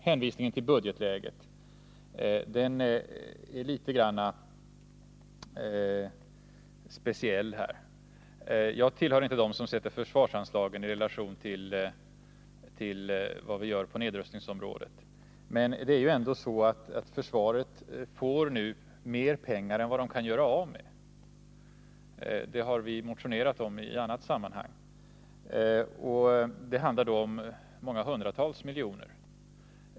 Hänvisningen till budgetläget är litet speciell. Jag tillhör inte dem som sätter försvarsanslaget i relation till vad vi gör på nedrustningsområdet. Men det är ändå så att försvaret får mer pengar än man kan göra av med. Det har vi motionerat om i annat sammanhang, och det handlar om många hundratals miljoner.